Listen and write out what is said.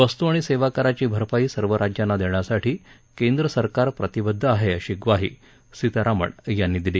वस्तू आणि सेवा कराची भरपाई सर्व राज्यांना देण्यासाठी केंद्र सरकार प्रतिबद्ध आहे अशी ग्वाही सीतारामन यांनी दिली